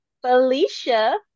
Felicia